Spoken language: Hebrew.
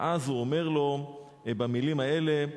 ואז הוא אומר לו, במלים האלה: